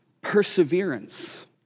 perseverance